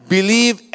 Believe